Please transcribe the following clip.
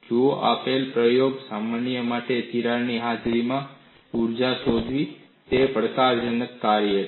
જુઓ આપેલ પ્રાયોગિક સમસ્યા માટે તિરાડની હાજરીમાં ઊર્જા શોધવી એક પડકારજનક કાર્ય છે